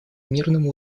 мирному